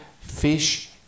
fish